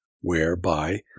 whereby